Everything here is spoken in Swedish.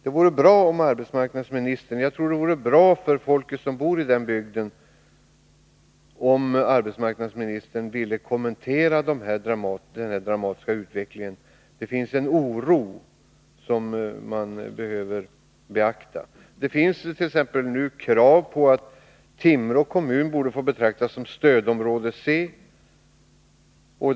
Jag tror det vore bra för folket i den bygden om arbetsmarknadsministern ville kommentera den här dramatiska utvecklingen. Det finns där en oro som man behöver beakta. Det finns t.ex. krav på att Timrå kommun skall få betraktas som stödområde C.